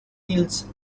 hills